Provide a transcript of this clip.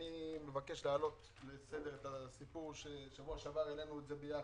אני מבקש להעלות לסדר את הסיפור שבשבוע שעבר העלינו ביחד,